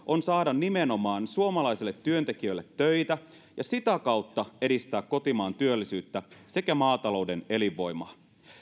on saada nimenomaan suomalaisille työntekijöille töitä ja sitä kautta edistää kotimaan työllisyyttä sekä maatalouden elinvoimaa